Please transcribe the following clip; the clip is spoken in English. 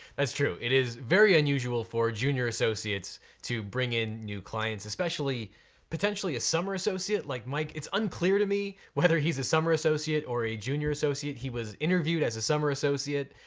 that's true, it is very unusual for junior associates to bring in new clients, especially potentially a summer associate like mike, it's unclear to me whether he's a summer associate or a junior associate. he was interviewed as a summer associate,